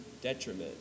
detriment